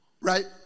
Right